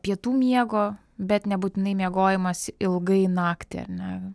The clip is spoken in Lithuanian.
pietų miego bet nebūtinai miegojimas ilgai naktį ar ne